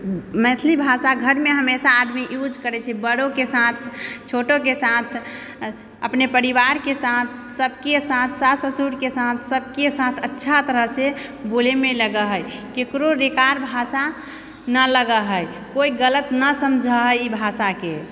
मैथिली भाषा घरमे हमेशा आदमी यूज करै छै बड़ोके साथ छोटोके साथ अपने परिवारके साथ सबके साथ अपन सास ससुरके साथ सबके साथ अच्छा तरहसँ बोलैमे लगऽ हइ केकरो रेकार भाषा नहि लगै हइ कोई गलत नऽ समझै हइ ई भाषाके